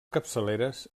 capçaleres